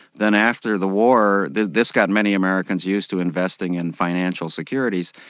then after the war, this this got many americans used to investing in financial securities,